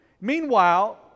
Meanwhile